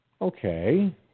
Okay